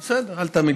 בסדר, אל תאמין.